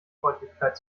freundlichkeit